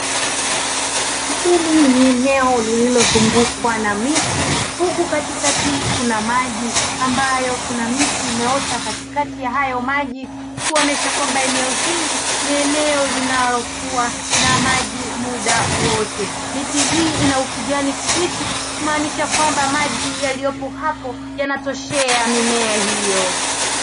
Eneo hili ni eneo lililozungukwa na miti huku katikati kuna maji ambayo kuna miti imeota katikati ya hayo maji kuonyesha kwamba eneo hili ni eneo linalokuwa na maji muda wote, miti hii ina ukijani kibichi kumaanisha kwamba maji yaliyopo hapo yanatoshea mimea hiyo.